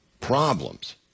problems